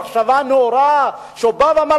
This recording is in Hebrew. המחשבה הנאורה שהוא אמר,